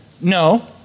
No